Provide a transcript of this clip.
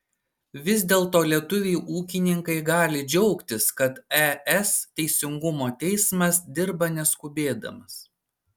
vis dėlto lietuviai ūkininkai gali džiaugtis kad es teisingumo teismas dirba neskubėdamas